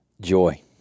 Joy